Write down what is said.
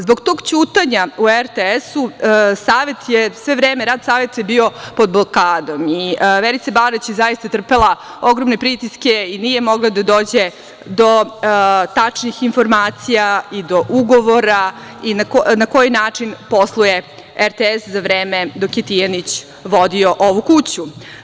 Zbog tog ćutanja u RTS, rad Saveta je bio pod blokadom i Verica Barać je zaista trpela ogromne pritiske i nije mogla da dođe do tačnih informacija i do ugovora na koji način posluje RTS za vreme dok je Tijanić vodio ovu kuću.